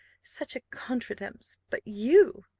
such a contretemps! but you,